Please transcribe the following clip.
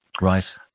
Right